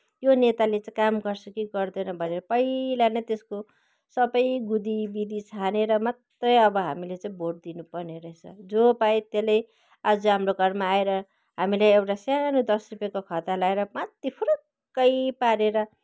यो नेताले चाहिँ काम गर्छ कि गर्दैन भनेर पहिला नै त्यसको सबै बुद्धि विधि छानेर मात्रै अब हामीले चाहिँ भोट दिनुपर्ने रहेछ जो पायो त्यसले आज हाम्रो घरमा आएर हामीलाई एउटा सानो दस रुपियाँको खाता ल्याएर माथि फुरुक्कै पारेर